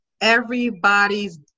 everybody's